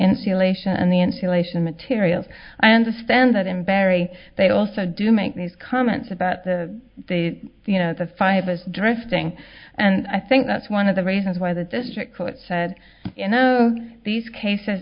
insulation and the insulation materials i understand that in barrie they also do make these comments about the they you know the fibers drifting and i think that's one of the reasons why the district court said you know these cases